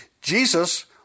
Jesus